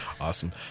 Awesome